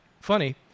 funny